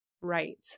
right